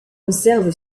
conserve